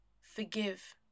forgive